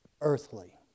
earthly